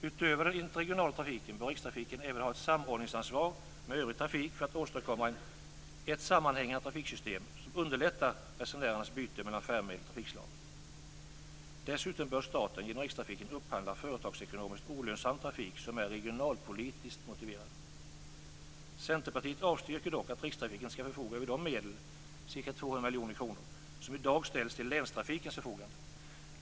Utöver den interregionala trafiken bör rikstrafiken även ha ett samordningsansvar med övrig trafik för att åstadkomma ett sammanhängande trafiksystem som underlättar resenärernas byten mellan färdmedel och trafikslag. Dessutom bör staten genom rikstrafiken upphandla företagsekonomiskt olönsam trafik som är regionalpolitiskt motiverad. Centerpartiet avstyrker dock att rikstrafiken skall förfoga över de medel, ca 200 miljoner kronor, som i dag ställs till länstrafikens förfogande.